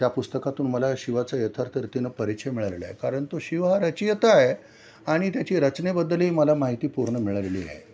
त्या पुस्तकातून मला शिवाचं यथार्थरितीनंं परीचय मिळालेला आहे कारण तो शिव हा रचियता आहे आणि त्याची रचनेबद्दलही मला माहिती पूर्ण मिळालेली आहे